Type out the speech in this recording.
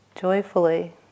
joyfully